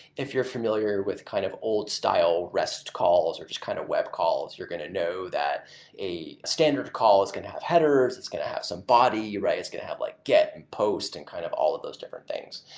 if you're familiar with kind of old style rest calls or just kind of web calls, you're going to know that a standard call is going to have headers, it's going to have some body, it's going to have like get and post and kind of all of those different things.